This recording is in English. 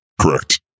Correct